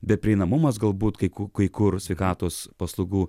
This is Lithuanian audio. bet prieinamumas galbūt kai ku kai kur sveikatos paslaugų